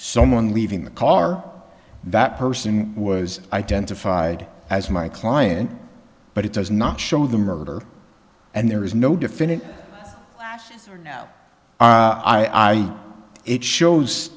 someone leaving the car that person was identified as my client but it does not show the murder and there is no definitive last now i e it shows